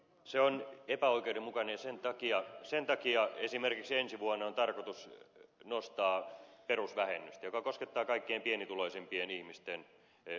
se on epäoikeudenmukainen ja sen takia esimerkiksi ensi vuonna on tarkoitus nostaa perusvähennystä joka koskettaa kaikkein pienituloisimpien ihmisten verotusta